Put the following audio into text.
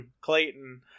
Clayton